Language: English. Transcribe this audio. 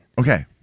Okay